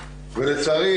לצערי,